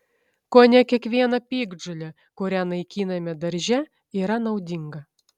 kone kiekviena piktžolė kurią naikiname darže yra naudinga